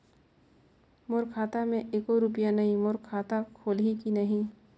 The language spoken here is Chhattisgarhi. मोर खाता मे एको रुपिया नइ, मोर खाता खोलिहो की नहीं?